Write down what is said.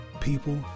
people